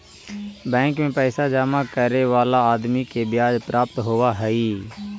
bank में पैसा जमा करे वाला आदमी के ब्याज प्राप्त होवऽ हई